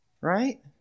Right